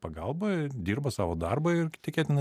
pagalba dirba savo darbą ir tikėtina